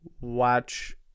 watch